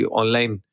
online